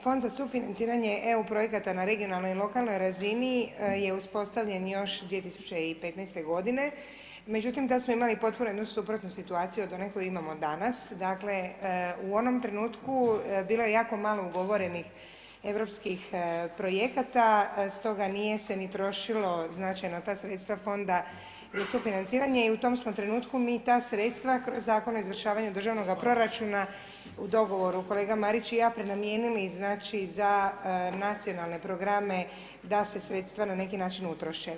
Fond za sufinanciranje EU projekata na regionalnoj i lokalnoj razini je uspostavljen još 2015. godine, međutim tad smo imali potpuno jednu suprotnu situaciju od one koju imamo danas, dakle u onom trenutku bilo je jako malo ugovorenih europskih projekata stoga nije se ni trošilo značajno ta sredstva fonda za sufinanciranje i tom smo trenutku mi ta sredstva kroz Zakon o izvršavanju Državnog proračuna, u dogovoru kolega Marić i ja prenamijenili znači za nacionalne programe da se sredstva na neki način utroše.